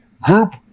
group